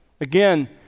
Again